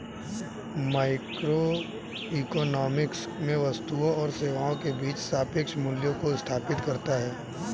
microeconomics में वस्तुओं और सेवाओं के बीच सापेक्ष मूल्यों को स्थापित करता है